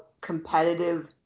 competitive